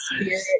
spirit